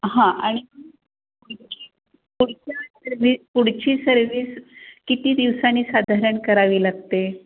हां आणि पुढची पुढच्या सर्विस पुढची सर्विस किती दिवसांनी साधारण करावी लागते